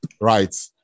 Right